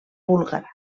búlgara